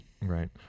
Right